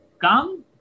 come